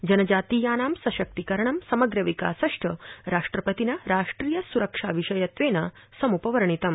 जनजातीयानां सशक्तिकरणं समग्रविकासश्च राष्ट्रपतिना राष्ट्रिय सुरक्षा विषयत्वेन सम्पवर्णितम्